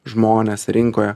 žmonės rinkoje